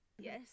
Yes